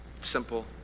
simple